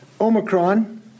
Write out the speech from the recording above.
Omicron